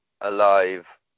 alive